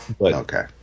Okay